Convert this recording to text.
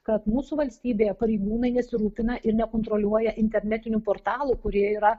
kad mūsų valstybėje pareigūnai nesirūpina ir nekontroliuoja internetinių portalų kurie yra